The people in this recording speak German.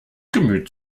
gemüt